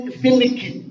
finicky